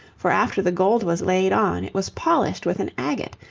for after the gold was laid on, it was polished with an agate,